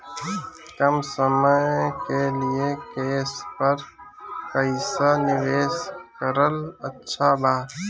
कम समय के लिए केस पर पईसा निवेश करल अच्छा बा?